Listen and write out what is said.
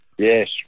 Yes